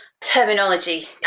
terminology